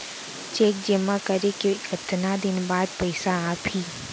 Cheque जेमा करे के कतका दिन बाद पइसा आप ही?